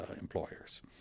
employers